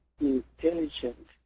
intelligent